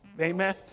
amen